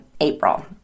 April